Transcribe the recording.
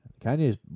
Kanye's